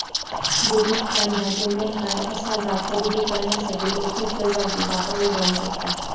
debit card ह्या payment card असा जा खरेदी करण्यासाठी रोखीच्यो जागी वापरला जाऊ शकता